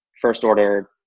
first-order